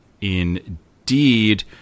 indeed